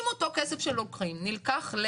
אם אותו כסף שלוקחים נלקח,